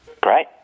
Great